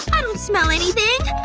i don't smell anything